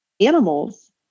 animals